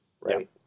right